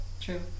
true